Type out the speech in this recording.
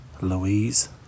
Louise